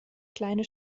kleine